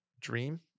dream